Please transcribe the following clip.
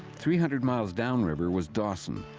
three hundred miles down river was dawson.